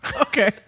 okay